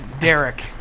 Derek